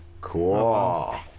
Cool